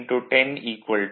01710 0